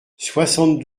soixante